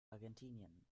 argentinien